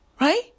Right